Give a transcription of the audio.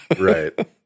Right